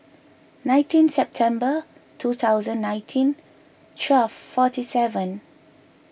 nineteen September two thousand nineteen twelve forty seven